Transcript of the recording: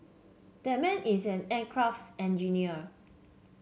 that man is an aircraft's engineer